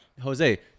jose